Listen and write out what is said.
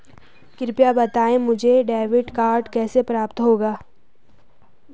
कृपया बताएँ मुझे डेबिट कार्ड कैसे प्राप्त होगा?